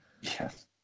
yes